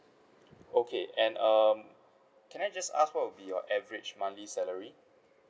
okay and um can I just ask what will be your average monthly salary